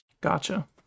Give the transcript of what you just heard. Gotcha